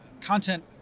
content